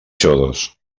xodos